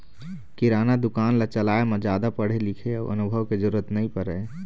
किराना दुकान ल चलाए म जादा पढ़े लिखे अउ अनुभव के जरूरत नइ परय